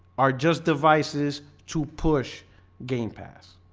are just devices to push game pass